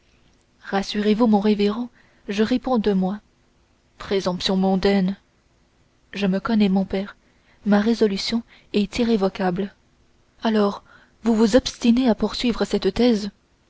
rassurez-vous mon révérend je réponds de moi présomption mondaine je me connais mon père ma résolution est irrévocable alors vous vous obstinez à poursuivre cette thèse